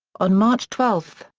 on march twelve,